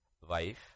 wife